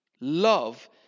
Love